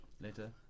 later